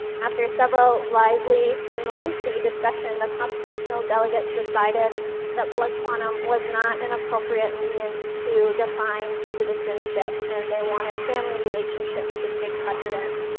after several lively and lengthy discussion, the constitutional delegates decided that blood quantum was not an appropriate means to define citizenship and they wanted family relationships to take precedence,